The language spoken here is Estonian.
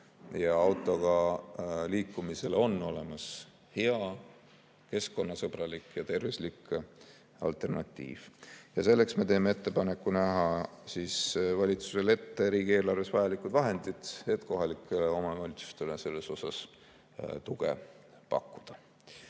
ja autoga liikumisele on olemas hea, keskkonnasõbralik ja tervislik alternatiiv. Selleks me teeme valitsusele ettepaneku näha riigieelarves ette vajalikud vahendid, et kohalikele omavalitsustele selles osas tuge pakkuda.